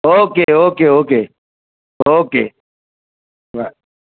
okay okay okay okay bye